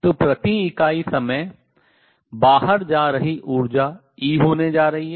तो प्रति इकाई समय बाहर जा रही ऊर्जा E होने जा रही है